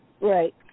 Right